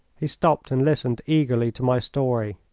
he stopped and listened eagerly to my story.